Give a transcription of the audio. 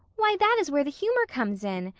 why, that is where the humor comes in,